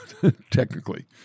technically